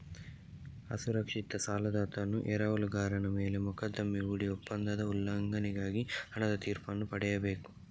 ಅಸುರಕ್ಷಿತ ಸಾಲದಾತನು ಎರವಲುಗಾರನ ಮೇಲೆ ಮೊಕದ್ದಮೆ ಹೂಡಿ ಒಪ್ಪಂದದ ಉಲ್ಲಂಘನೆಗಾಗಿ ಹಣದ ತೀರ್ಪನ್ನು ಪಡೆಯಬೇಕು